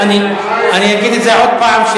אני אגיד את זה עוד פעם,